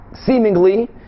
Seemingly